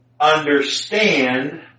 understand